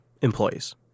employees